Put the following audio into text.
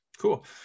Cool